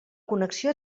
connexió